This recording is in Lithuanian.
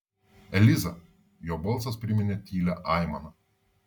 eliza jo balsas priminė tylią aimaną